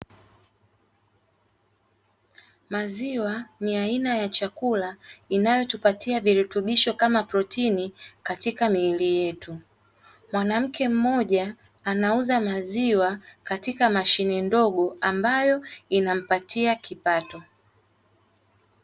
Maziwa ni aina ya chakula inayotupatia virutubisho kama protini katika miili yetu. Mwanamke mmoja anauza maziwa katika mashine ndogo ambayo inampatia kipato.